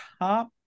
top